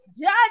judge